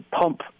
pump